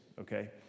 okay